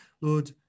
Lord